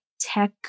tech